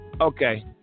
Okay